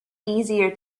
easier